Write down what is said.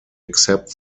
except